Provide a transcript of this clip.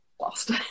lost